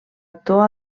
actor